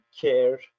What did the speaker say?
care